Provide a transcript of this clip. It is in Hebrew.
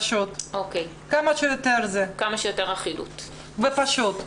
כמה שיותר אחידות ופשוט.